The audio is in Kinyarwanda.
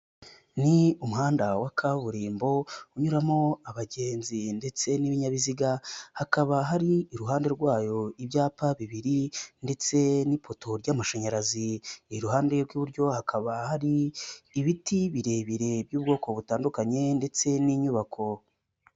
Ni umuhanda wa kaburimbo unyuramo abagenzi ndetse n'ibinyabiziga hakaba hari iruhande rwayo ibyapa bibiri ndetse n'ipoto ry'amashanyarazi, iruhande rw'iburyo hakaba hari ibiti birebire by'ubwoko butandukanye ndetse n'inyubako.